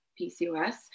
PCOS